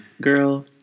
girl